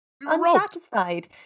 unsatisfied